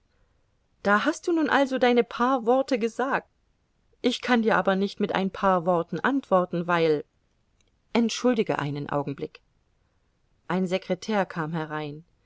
da hast du nun also deine paar worte gesagt ich kann dir aber nicht mit ein paar worten antworten weil entschuldige einen augenblick ein sekretär kam herein